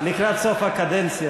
יהיה, לקראת סוף הקדנציה.